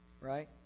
right